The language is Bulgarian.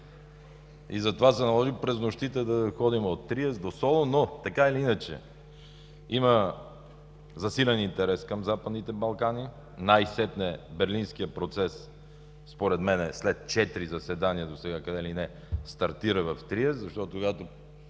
затова се наложи през нощите да ходим от Триест до Солун. Но, така или иначе, има засилен интерес към Западните Балкани. Най-сетне Берлинският процес според мен – след четири заседания досега къде ли не, стартира в Триест. Защото, когато